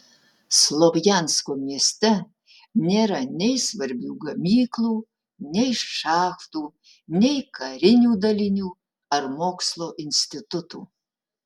slovjansko mieste nėra nei svarbių gamyklų nei šachtų nei karinių dalinių ar mokslo institutų